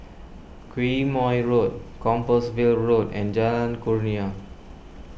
Quemoy Road Compassvale Road and Jalan Kurnia